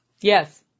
Yes